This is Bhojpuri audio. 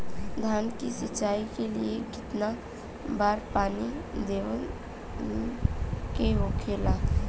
धान की सिंचाई के लिए कितना बार पानी देवल के होखेला?